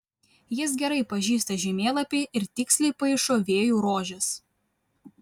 jis gerai pažįsta žemėlapį ir tiksliai paišo vėjų rožes